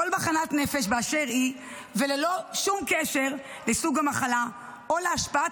כל מחלת נפש באשר היא וללא שום קשר לסוג המחלה או להשפעת